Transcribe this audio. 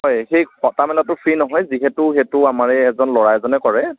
হয় সেই কটা মেলাটো ফ্ৰী নহয় যিহেতু সেইটো আমাৰে এজন ল'ৰা এজনে কৰে